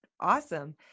Awesome